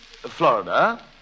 Florida